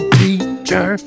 teacher